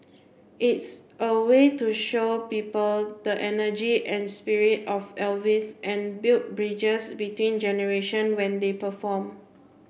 it's a way to show people the energy and spirit of Elvis and build bridges between generation when they perform